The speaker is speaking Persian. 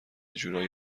جورایی